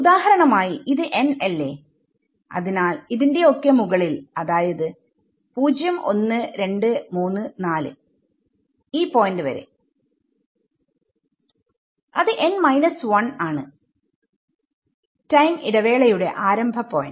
ഉദാഹരണമായി ഇത് n അല്ലെഅതിനാൽ ഇതിന്റെ ഒക്കെ മുകളിൽഅതായത് 01234 ഈ പോയിന്റ് വരെ അത് n 1 ആണ് ടൈം ഇടവേളയുടെ ആരംഭ പോയിന്റ്